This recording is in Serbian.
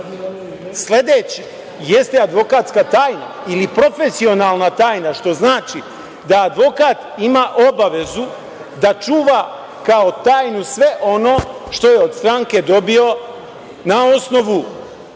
jeste advokatska tajna ili profesionalna tajna, što znači da advokat ima obavezu da čuva kao tajnu sve ono što je od stranke dobio na osnovu